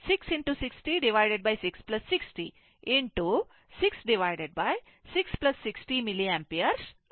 i 0 ವಿದ್ಯುತ್ ಹರಿವು ವಿಭಾಗ 100 40 660660 6660 milliampere ಆಗುತ್ತದೆ